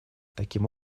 таким